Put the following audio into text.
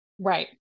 Right